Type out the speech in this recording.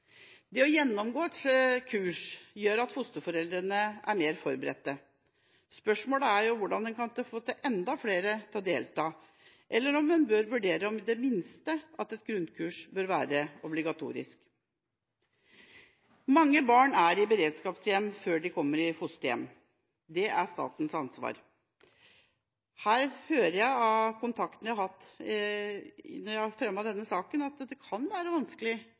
Det å gjennomgå et kurs gjør at fosterforeldrene er mer forberedt. Spørsmålet er hvordan en kan få enda flere til å delta, eller om en bør vurdere om i det minste et grunnkurs burde være ob1igatorisk Mange barn er i beredskapshjem før de kommer i fosterhjem. Det er statens ansvar. Når jeg har fremmet denne saken, hører jeg at kontakten mellom de ulike nivåene kan være vanskelig.